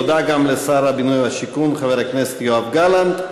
תודה גם לשר הבינוי והשיכון חבר הכנסת יואב גלנט.